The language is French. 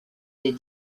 des